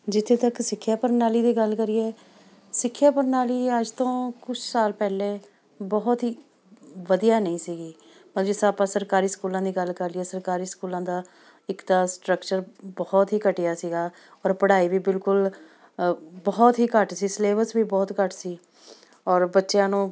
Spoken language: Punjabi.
ਜਿੱਥੇ ਤੱਕ ਸਿੱਖਿਆ ਪ੍ਰਣਾਲੀ ਦੀ ਗੱਲ ਕਰੀਏ ਸਿੱਖਿਆ ਪ੍ਰਣਾਲੀ ਅੱਜ ਤੋਂ ਕੁਛ ਸਾਲ ਪਹਿਲੇ ਬਹੁਤ ਹੀ ਵਧੀਆ ਨਹੀਂ ਸੀਗੀ ਪਰ ਜਿਸ ਤਰ੍ਹਾਂ ਆਪਾਂ ਸਰਕਾਰੀ ਸਕੂਲਾਂ ਦੀ ਗੱਲ ਕਰ ਲਈਏ ਸਰਕਾਰੀ ਸਕੂਲਾਂ ਦਾ ਇੱਕ ਤਾਂ ਸਟਕਚਰ ਬਹੁਤ ਹੀ ਘਟੀਆ ਸੀਗਾ ਔਰ ਪੜ੍ਹਾਈ ਵੀ ਬਿਲਕੁਲ ਬਹੁਤ ਹੀ ਘੱਟ ਸੀ ਸਿਲੇਬਸ ਵੀ ਬਹੁਤ ਘੱਟ ਸੀ ਔਰ ਬੱਚਿਆਂ ਨੂੰ